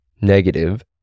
negative